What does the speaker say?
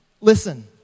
listen